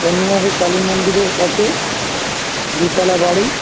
বনোয়ারী কালী মন্দিরের কাছে দুতলা বাড়ি